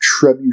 trebuchet